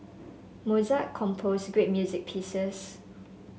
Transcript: Mozart composed great music pieces